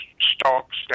stalks